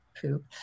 poop